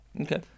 Okay